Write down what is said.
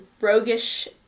roguish